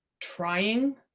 trying